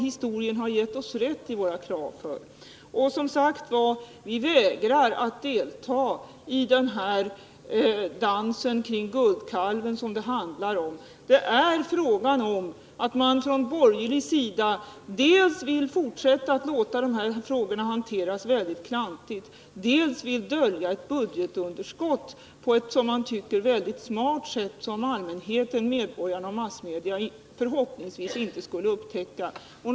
Historien har gett oss rätt i fråga om de kraven. Vi socialdemokrater vägrar, som sagt, att delta i den dans kring guldkalven som det handlar om. Vad det är fråga om är att man från borgerlig sida dels vill fortsätta att låta dessa frågor hanteras väldigt klantigt, dels vill dölja ett budgetunderskott på ett, som man tycker, mycket smart sätt, så att medborgarna och massmedia förhoppningsvis inte skall upptäcka det.